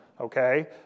Okay